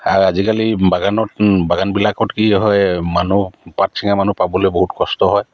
আৰু আজিকালি বাগানত বাগানবিলাকত কি হয় মানুহ পাত চিঙা মানুহ পাবলে বহুত কষ্ট হয়